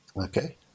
Okay